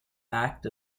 act